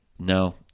No